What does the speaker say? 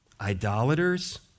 idolaters